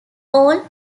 all